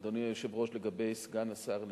אדוני היושב-ראש, לגבי סגן השר ליצמן.